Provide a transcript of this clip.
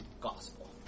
gospel